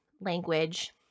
language